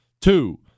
Two